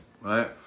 right